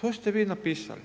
To ste vi napisali.